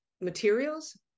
materials